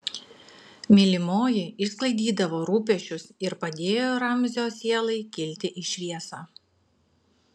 mylimoji išsklaidydavo rūpesčius ir padėjo ramzio sielai kilti į šviesą